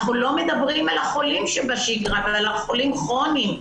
אנחנו לא מדברים על החולים שבשגרה ועל חולים כרוניים.